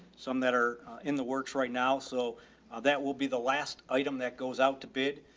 some that are in the works right now. so that will be the last item that goes out to bid.